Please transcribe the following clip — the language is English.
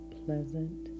pleasant